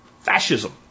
fascism